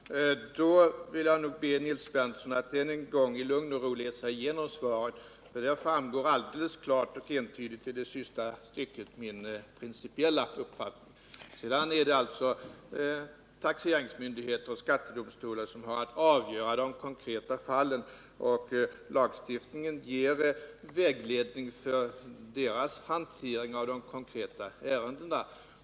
Herr talman! Då vill jag nog be Nils Berndtson att än en gång i lugn och ro läsa igenom svaret, för där framgår alldeles klart och entydigt i sista stycket min principiella uppfattning. Sedan är det alltså taxeringsmyndigheter och skattedomstolar som har att avgöra de konkreta fallen, och lagstiftningen ger vägledning för deras hantering av ärendena.